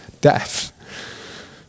death